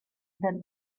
that